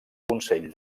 consell